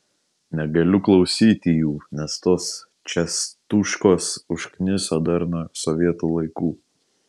negaliu klausyti jų nes tos čiastuškos užkniso dar nuo sovietų laikų